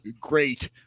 great